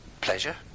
pleasure